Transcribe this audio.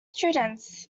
students